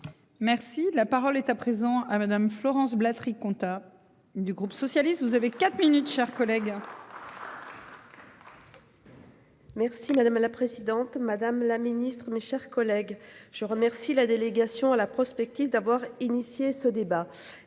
Merci la parole est à présent à Madame. Florence Blétry compta du groupe socialiste, vous avez quatre minutes, chers collègues. Merci madame la présidente Madame la Ministre, mes chers collègues, je remercie la délégation à la prospective d'avoir initié ce débat.